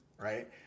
right